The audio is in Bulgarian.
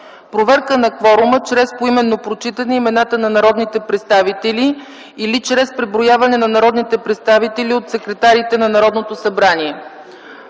проверка на кворума чрез поименно прочитане имената на народните представители или чрез преброяване на народните представители от секретарите на Народното събрание”.